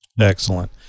Excellent